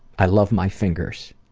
i love my fingers.